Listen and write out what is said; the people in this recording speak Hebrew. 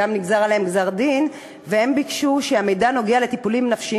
נגזר דינם והם ביקשו שהמידע הנוגע לטיפולים נפשיים